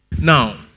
now